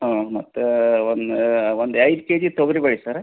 ಹ್ಞೂ ಮತ್ತು ಒನ್ ಒಂದು ಐದು ಕೆಜಿ ತೊಗರಿ ಬೇಳೆ ಸರ್